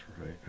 right